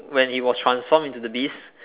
when he was transformed into the beast